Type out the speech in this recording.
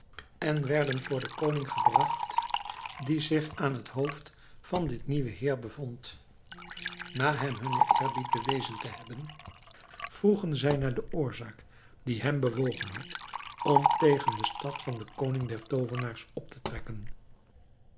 en werden voor den koning gebragt die zich aan het hoofd van dit nieuwe heer bevond na hem hunnen eerbied bewezen te hebben vroegen zij naar de oorzaak die hem bewogen had om tegen de stad van den koning der toovenaars op te trekken